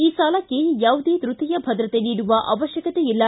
ಈ ಸಾಲಕ್ಕೆ ಯಾವುದೇ ತೃತೀಯ ಭದ್ರತೆ ನೀಡುವ ಅವಶ್ವಕತೆ ಇಲ್ಲ